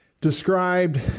described